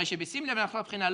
הרי שבשים לב לבחינה,